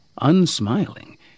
unsmiling